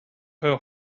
her